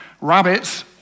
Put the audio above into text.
rabbits